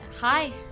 Hi